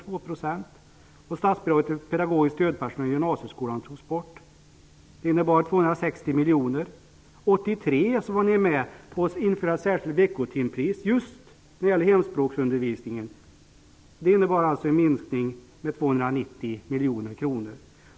År 1983 var ni med att införa särskilt veckotimspris just för hemspråksundervisningen. Det innebar en minskning med 290 miljoner.